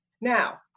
Now